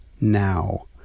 now